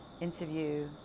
interview